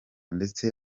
ndetse